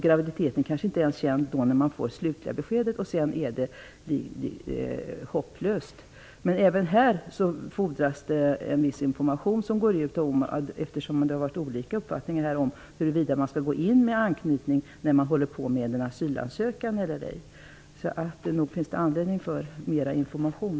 Graviditeten är kanske inte ens känd när man får det slutliga beskedet. Sedan är det hopplöst. Även här fordras en viss information. Det har rått olika uppfattningar om huruvida man skall åberopa anknytning när man lämnar in en asylansökan. Så nog finns det behov av mera information.